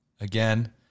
again